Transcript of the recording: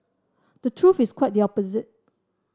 the truth is quite the opposite